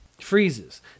freezes